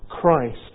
Christ